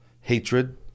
hatred